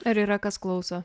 ar yra kas klauso